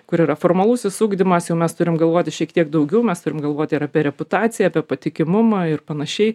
kur yra formalusis ugdymas jau mes turim galvoti šiek tiek daugiau mes turim galvoti ir apie reputaciją apie patikimumą ir panašiai